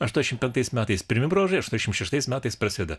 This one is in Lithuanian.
aštuoniasdešimt penktais metais pirmi bruožai aštuoniasdešimt šeštais metais prasideda